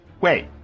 Wait